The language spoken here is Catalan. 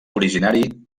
originari